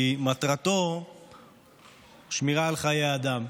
כי מטרתו שמירה על חיי אדם.